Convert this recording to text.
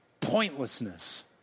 pointlessness